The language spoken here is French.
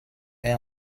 est